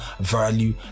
value